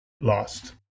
lost